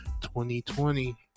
2020